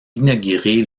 inaugurée